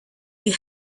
you